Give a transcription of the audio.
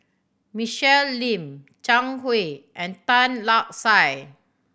Michelle Lim Zhang Hui and Tan Lark Sye